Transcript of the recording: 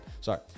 Sorry